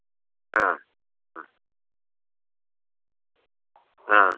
ആ അ ആ